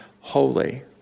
holy